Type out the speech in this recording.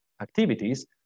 activities